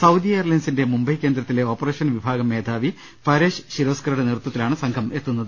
Saudi എയർലൈൻസിന്റെ മുംബൈ കേന്ദ്രത്തിലെ operations വിഭാഗം മേധാവി പരേഷ് ശിരോസ്കറുടെ നേതൃത്വത്തിലാണ് സംഘം എത്തുന്നത്